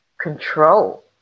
control